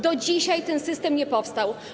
Do dzisiaj ten system nie powstał.